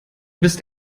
bist